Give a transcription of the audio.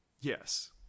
Yes